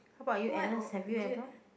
how about you Agnes have you ever